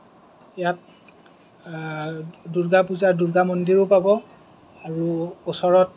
ইয়াত দুৰ্গা পূজা দুৰ্গা মন্দিৰো পাব আৰু ওচৰত